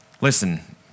Listen